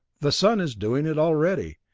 the sun is doing it already,